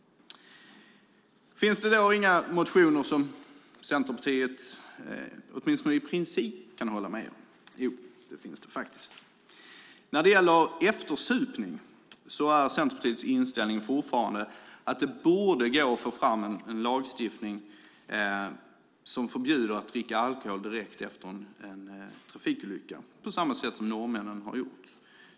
Finns det då inga motioner som Centerpartiet åtminstone i princip kan hålla med om? Jo, det finns det faktiskt. När det gäller eftersupning är Centerpartiets inställning fortfarande att det borde gå att få fram en lagstiftning som förbjuder drickande av alkohol direkt efter en trafikolycka, på samma sätt som norrmännen har gjort.